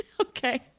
Okay